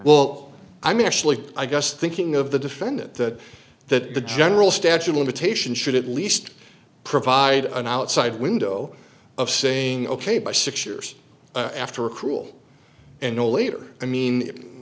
well i mean actually i guess thinking of the defendant that that the general statue limitations should at least provide an outside window of saying ok by six years after a cruel and no later i mean